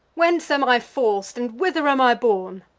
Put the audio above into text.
whence am i forc'd, and whether am i borne?